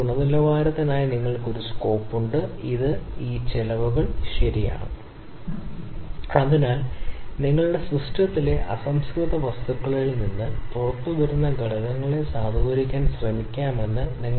അതിനാൽ വ്യക്തമായും പാരാമീറ്ററുകൾ ഉത്തരവാദിത്തപ്പെട്ടവർക്ക് നിയന്ത്രണമില്ലാത്ത ഈ ഘടകങ്ങളെ ഡിസൈൻ ഘട്ടം കണക്കാക്കണം നോൺ കോൺഫോർമൻസിന് കാരണമാകുന്ന ഘടകം ഇവയെ ശബ്ദം എന്നും വിളിക്കുന്നു ഘടകം